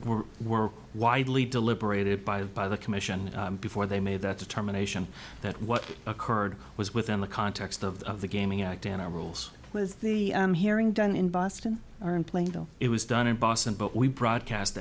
citizens were widely deliberated by by the commission before they made that determination that what occurred was within the context of the gaming act and our rules was the hearing done in boston or in plano it was done in boston but we broadcast